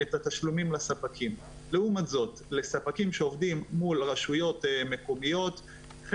את התשלומים לספקים שעובדים מול משרדי ממשלה.